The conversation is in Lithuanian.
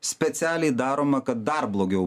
specialiai daroma kad dar blogiau